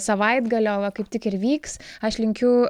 savaitgalio va kaip tik ir vyks aš linkiu